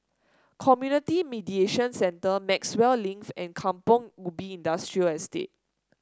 Community Mediation Centre Maxwell Link and Kampong Ubi Industrial Estate